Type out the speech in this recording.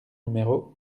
numéro